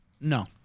No